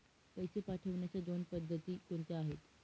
पैसे पाठवण्याच्या दोन पद्धती कोणत्या आहेत?